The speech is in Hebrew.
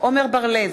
עמר בר-לב,